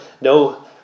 No